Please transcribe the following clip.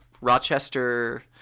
Rochester